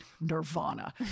nirvana